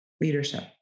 leadership